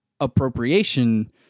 appropriation